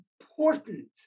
important